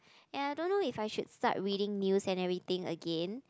and I don't know if I should reading news and everything again